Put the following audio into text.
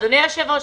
אדוני היושב-ראש,